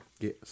Yes